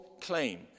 claim